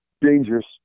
dangerous